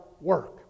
work